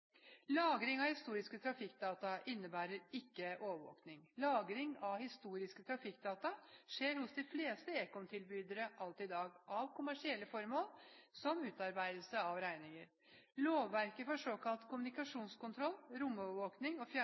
Lagring av historiske trafikkdata innebærer ikke overvåking. Lagring av historiske trafikkdata skjer hos de fleste ekomtilbydere alt i dag av kommersielle hensyn, som utarbeidelse av regninger. Lovverket for såkalt kommunikasjonskontroll – romovervåking og